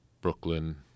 Brooklyn